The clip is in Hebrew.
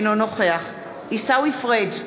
אינו נוכח עיסאווי פריג'